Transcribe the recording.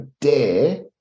dare